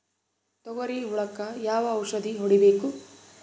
ತೊಗರಿ ಹುಳಕ ಯಾವ ಔಷಧಿ ಹೋಡಿಬೇಕು?